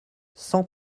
cent